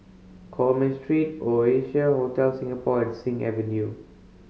Coleman Street Oasia Hotel Singapore and Sing Avenue